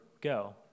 go